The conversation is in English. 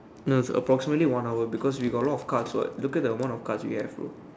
no it's approximately one hour what because we have a lot of cards what look at the amount of cards we have bro